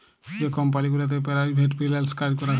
যে কমপালি গুলাতে private freelance কাজ ক্যরা হছে